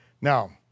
Now